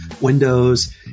windows